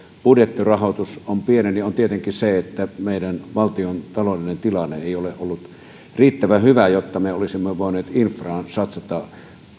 budjettirahoitus on pieni on tietenkin se että meidän valtion taloudellinen tilanne ei ole ollut riittävän hyvä jotta me olisimme voineet infraan satsata